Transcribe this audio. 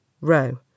Row